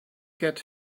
get